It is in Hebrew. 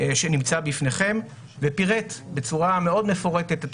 שנמצא בפניכם ופירט בצורה מאוד מפורטת את